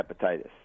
hepatitis